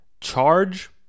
charge